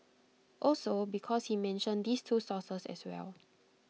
also because he mentioned these two sources as well